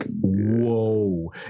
whoa